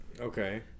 Okay